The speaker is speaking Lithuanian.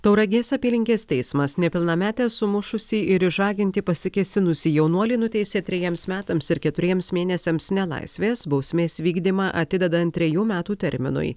tauragės apylinkės teismas nepilnametę sumušusį ir išžaginti pasikėsinusį jaunuolį nuteisė trejiems metams ir keturiems mėnesiams nelaisvės bausmės vykdymą atidedant trejų metų terminui